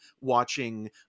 watching